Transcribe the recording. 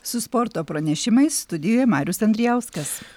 su sporto pranešimais studijoje marius andrijauskas